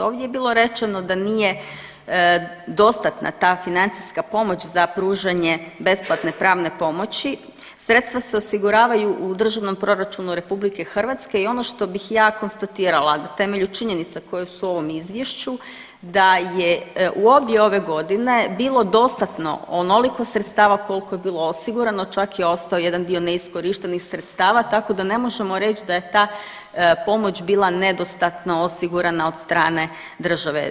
Ovdje je bilo rečeno da nije dostatna ta financijska pomoć za pružanje besplatne pravne pomoći, sredstva se osiguravaju u državnom proračunu RH i ono što bih ja konstatirala na temelju činjenica koje su u ovom izvješću da je u obje ove godine bilo dostatno onoliko sredstava koliko je bilo osigurano, čak je ostao jedan dio neiskorištenih sredstava tako da ne možemo reći da je ta pomoć bila nedostatno osigurana od strane države.